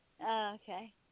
Okay